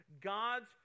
God's